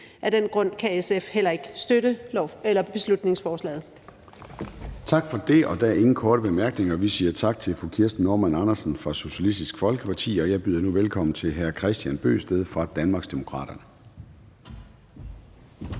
Af den grund kan SF heller ikke støtte beslutningsforslaget. Kl. 17:24 Formanden (Søren Gade): Tak for det. Der er ingen korte bemærkninger, og vi siger tak til fru Kirsten Normann Andersen fra Socialistisk Folkeparti. Og jeg byder nu velkommen til hr. Kristian Bøgsted fra Danmarksdemokraterne. Kl.